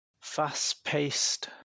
fast-paced